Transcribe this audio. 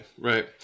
right